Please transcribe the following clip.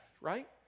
right